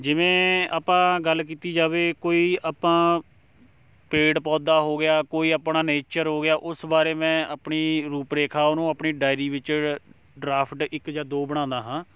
ਜਿਵੇਂ ਆਪਾਂ ਗੱਲ ਕੀਤੀ ਜਾਵੇ ਕੋਈ ਆਪਾਂ ਪੇੜ ਪੌਦਾ ਹੋ ਗਿਆ ਕੋਈ ਆਪਣਾ ਨੇਚਰ ਹੋ ਗਿਆ ਉਸ ਬਾਰੇ ਮੈਂ ਆਪਣੀ ਰੂਪ ਰੇਖਾ ਉਹਨੂੰ ਆਪਣੀ ਡਾਇਰੀ ਵਿੱਚ ਡਰਾਫਟ ਇੱਕ ਜਾਂ ਦੋ ਬਣਾਉਂਦਾ ਹਾਂ